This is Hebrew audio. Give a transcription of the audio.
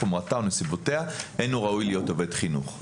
חומרתה או נסיבותיה אין הוא ראוי להיות עובד חינוך".